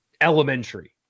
elementary